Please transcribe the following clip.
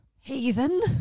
Heathen